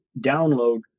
download